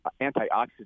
antioxidant